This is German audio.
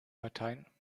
parteien